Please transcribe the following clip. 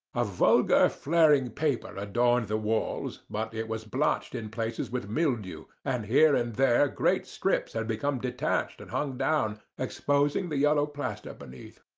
a vulgar flaring paper adorned the walls, but it was blotched in places with mildew, and here and there great strips had become detached and hung down, exposing the yellow plaster beneath.